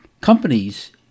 companies